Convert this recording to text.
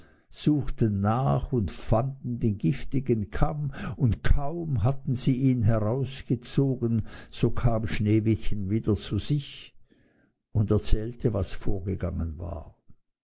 suchten nach und fanden den giftigen kamm und kaum hatten sie ihn herausgezogen so kam sneewittchen wieder zu sich und erzählte was vorgegangen war